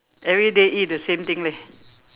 everyday eat the same thing leh